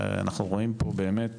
ואנחנו רואים פה באמת